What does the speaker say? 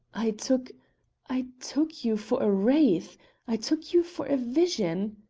i took i took you for a wraith i took you for a vision,